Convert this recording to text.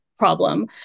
problem